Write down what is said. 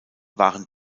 waren